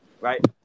right